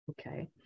Okay